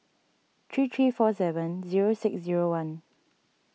three three four seven zero six zero one